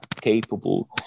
capable